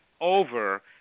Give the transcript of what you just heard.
over